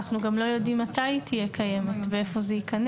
אנחנו גם לא יודעים מתי היא תהיה קיימת ואיפה זה ייכנס.